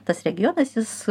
tas regionas jis